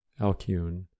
alcune